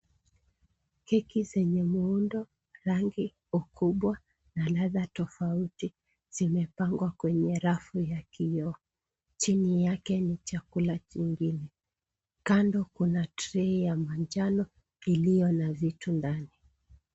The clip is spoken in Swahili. Keki zenye muundo, rangi, ukubwa na ladha tofauti zimepangwa kwenye rafu ya kioo. Chini yake ni chakula kingine. Kando kuna trei ya manjano iliyo na vitu ndani.